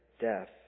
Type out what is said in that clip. death